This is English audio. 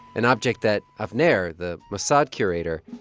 an object that avner, the mossad curator,